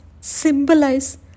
symbolize